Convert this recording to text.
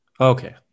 Okay